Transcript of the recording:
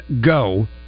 go